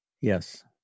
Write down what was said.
Yes